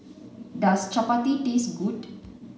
does Chappati taste good